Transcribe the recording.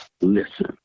listen